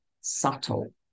subtle